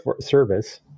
Service